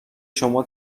شما